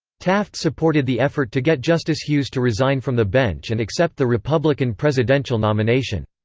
taft supported the effort to get justice hughes to resign from the bench and accept the republican presidential nomination.